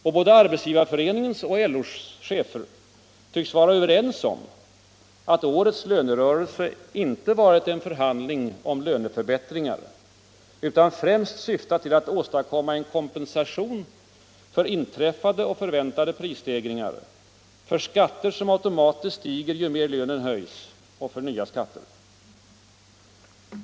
Och både Arbetsgivareföreningsoch LO-chefer tycks vara överens om att årets lönerörelse inte varit en förhandling om löneförbättringar utan främst syftat till att åstadkomma en kompensation för inträffade och förväntade prisstegringar, för skatter som automatiskt stiger ju mera lönen höjs och för nya skatter.